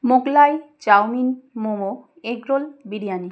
Mughlai chow mein momo egg roll biryani